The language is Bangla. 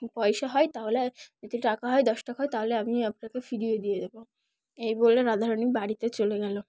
পয়সা হয় তাহলে যদি টাকা হয় দশ টাকা হয় তাহলে আমি আপনাকে ফিরিয়ে দিয়ে দেবো এই বলে রাধারানিক বাড়িতে চলে গেল